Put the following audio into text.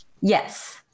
Yes